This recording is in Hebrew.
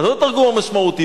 לא התרגום המשמעותי.